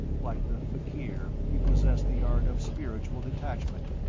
like the fakir, he possessed the art of spiritual detachment,